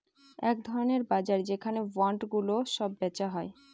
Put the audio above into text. এক ধরনের বাজার যেখানে বন্ডগুলো সব বেচা হয়